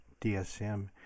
DSM